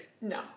No